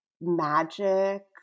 magic